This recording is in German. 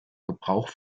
gebrauch